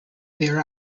there